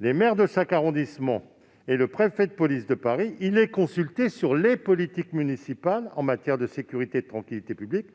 les maires de chaque arrondissement ou leurs représentants, et le préfet de police de Paris. Il est consulté sur les politiques municipales en matière de sécurité et de tranquillité publiques